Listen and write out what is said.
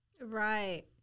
right